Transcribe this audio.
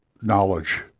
knowledge